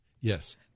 Yes